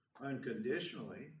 unconditionally